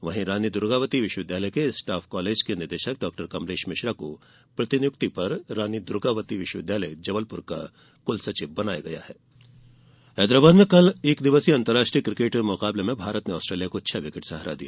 वहीं रानी दुर्गावती विष्वविद्यालय के स्टॉफ कॉलेज के निदेषक डॉ कमलेश मिश्रा को प्रतिनियुक्ति पर रानी दुर्गावती विश्वविद्यालय जबलपुर का कुलसचिव बनाया गया है रात्रि एकदिवसीय क्रिकेट हैदराबाद में कल एक दिवसीय अन्तरराष्ट्रीय क्रिकेट मैच में भारत ने ऑस्ट्रेलिया को छह विकेट से हरा दिया